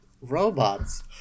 Robots